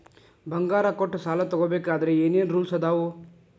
ಬಂಗಾರ ಕೊಟ್ಟ ಸಾಲ ತಗೋಬೇಕಾದ್ರೆ ಏನ್ ಏನ್ ರೂಲ್ಸ್ ಅದಾವು?